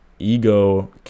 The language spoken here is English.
Ego